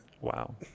Wow